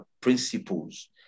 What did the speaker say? principles